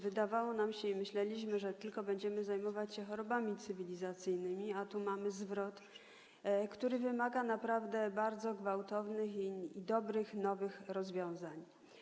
Wydawało nam się, tak myśleliśmy, że już tylko będziemy zajmować się chorobami cywilizacyjnymi, a tu mamy zwrot, który wymaga naprawdę bardzo gwałtownych, dobrych i nowych rozwiązań.